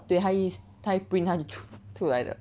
对它一它一 print 它就 出来的